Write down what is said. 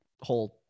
whole